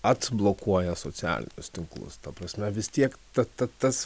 atblokuoja socialinius tinklus ta prasme vis tiek ta ta tas